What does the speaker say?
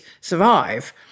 survive